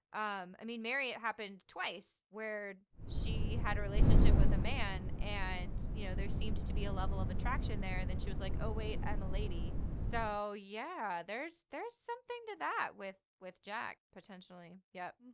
um i mean mary, it happened twice where she had a relationship with a man and you know, there seems to be a level of attraction there then she was like, oh wait, i'm a lady. so yeah, there's there's something to that with, with jack potentially. yup.